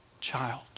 child